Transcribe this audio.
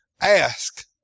Ask